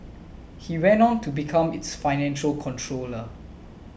he went on to become its financial controller